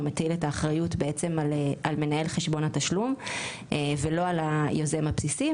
הוא מטיל את האחריות בעצם על מנהל חשבון התשלום ולא על היוזם הבסיסי,